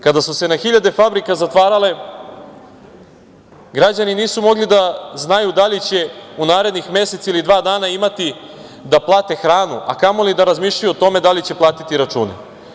Kada su se na hiljade fabrika zatvarale, građani nisu mogli da znaju da li će u narednih mesec ili dva dana imati da plate hranu, a kamoli da razmišljaju o tome da li će platiti račune.